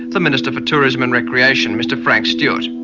the minister for tourism and recreation, mr frank stewart.